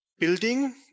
Building